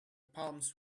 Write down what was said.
palms